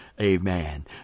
amen